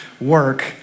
work